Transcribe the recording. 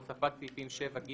"הוספת סעיפים 7ג